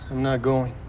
not going.